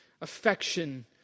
Affection